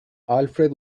alfred